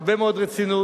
הרבה מאוד רצינות,